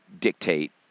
dictate